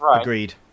agreed